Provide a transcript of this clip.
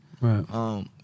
Right